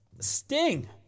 Sting